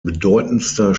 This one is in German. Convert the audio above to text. bedeutendster